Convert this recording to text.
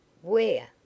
Where